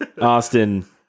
Austin